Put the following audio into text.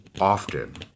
often